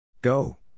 Go